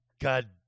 God